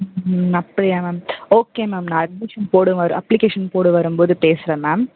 ம் அப்படியா ma'am okay ma'am நான் அட்மிஷன் போட வரும் அப்ளிகேஷன் போட வரும்போது பேசுகிறேன் மேம்